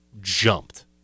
jumped